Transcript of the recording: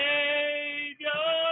Savior